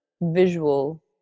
visual